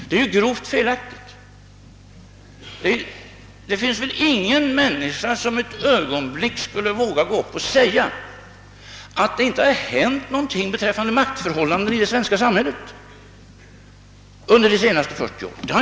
Det är grovt felaktigt. Det finns väl ingen människa som ett ögonblick skulle våga påstå, att det icke hänt någonting beträffande maktförhållandena i det svenska samhället under de senaste 40 åren.